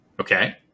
Okay